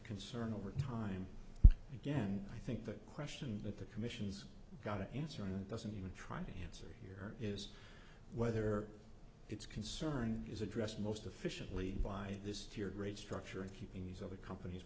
concern over time again i think the question that the commission's got to answer and it doesn't even try to answer here is whether it's concern is addressed most efficiently by this tiered rate structure and keeping these other companies